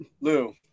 Lou